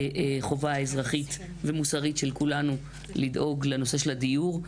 חובה אזרחית ומוסרית של כולנו לדאוג לנושא הדיור.